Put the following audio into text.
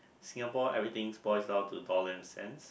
Singapore everything spoils down to dollar and cents